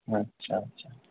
आटसा आटसा